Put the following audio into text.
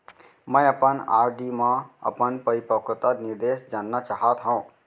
मै अपन आर.डी मा अपन परिपक्वता निर्देश जानना चाहात हव